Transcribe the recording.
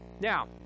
Now